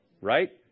Right